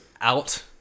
out